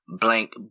blank